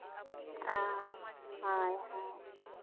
ᱚ ᱦᱳᱭ ᱦᱳᱭ